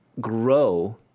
grow